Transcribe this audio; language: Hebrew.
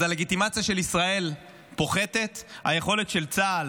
אז הלגיטימציה של ישראל פוחתת, היכולת של צה"ל